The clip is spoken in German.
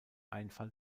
einfall